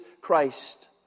Christ